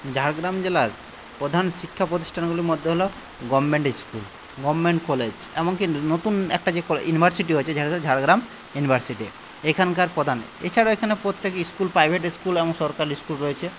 ঝাড়গ্রাম জেলার প্রধান শিক্ষা প্রতিষ্ঠানগুলির মধ্যে হলো গভর্নমেন্ট স্কুল গভর্নমেন্ট কলেজ এমন কি নতুন একটা যে ইউনিভার্সিটি হয়েছে সেটা হলো ঝাড়গ্রাম ইউনিভার্সিটি এখানকার প্রধান এছাড়াও এখানে প্রত্যেক স্কুল প্রাইভেট স্কুল এবং সরকারি স্কুল রয়েছে